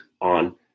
on